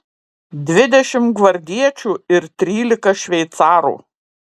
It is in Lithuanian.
dvidešimt gvardiečių ir trylika šveicarų